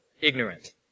ignorant